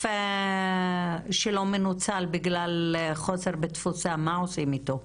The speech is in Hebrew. הכסף שלא מנוצל בגלל חוסר בתפוסה, מה עושים איתו?